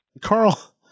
Carl